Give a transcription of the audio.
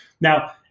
Now